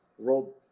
rolled